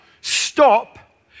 Stop